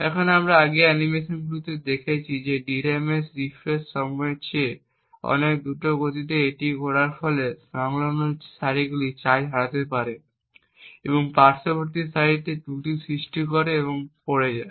এখন যেমনটি আমরা আগের অ্যানিমেশনগুলিতে দেখেছি যে DRAM এর রিফ্রেশ সময়ের চেয়ে অনেক দ্রুত গতিতে এটি করার ফলে সংলগ্ন সারিগুলি চার্জ হারাতে পারে এবং পার্শ্ববর্তী সারিতে ত্রুটি সৃষ্টি করে এবং পড়ে যায়